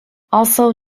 also